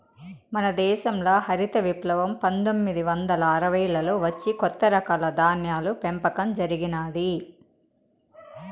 మన దేశంల హరిత విప్లవం పందొమ్మిది వందల అరవైలలో వచ్చి కొత్త రకాల ధాన్యాల పెంపకం జరిగినాది